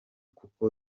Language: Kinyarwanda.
kuko